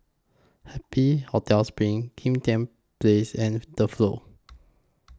Happy Hotel SPRING Kim Tian Place and The Flow